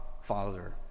Father